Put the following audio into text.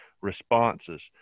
responses